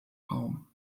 raum